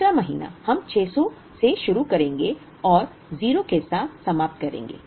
दूसरा महीना हम 600 से शुरू करेंगे और 0 के साथ समाप्त करेंगे